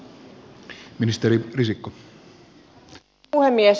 arvoisa puhemies